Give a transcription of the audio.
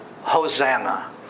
Hosanna